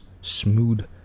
smooth